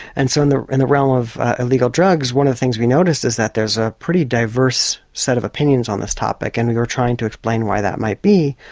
and so and in the realm of illegal drugs one of the things we noticed is that there's a pretty diverse set of opinions on this topic and we were trying to explain why that might be.